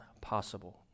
possible